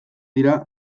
dira